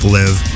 live